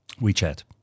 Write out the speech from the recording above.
WeChat